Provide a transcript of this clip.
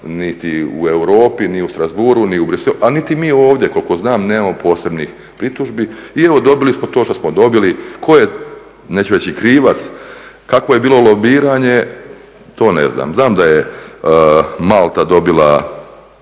niti u Europi, ni u Strasbourgu, ni u Bruxellesu, a niti mi ovdje koliko znam nemamo posebnih pritužbi. I evo dobili smo to što smo dobili, tko je, neću reći krivac, kakvo je bilo lobiranje, to ne znam. Znam da je Malta dobila